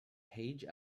page